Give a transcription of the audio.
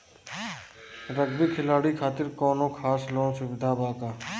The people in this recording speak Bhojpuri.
रग्बी खिलाड़ी खातिर कौनो खास लोन सुविधा बा का?